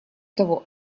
того